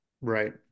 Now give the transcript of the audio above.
Right